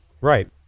right